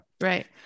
right